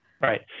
Right